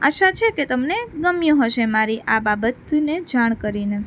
આશા છે કે તમને ગમ્યું હશે મારી આ બાબતને જાણ કરીને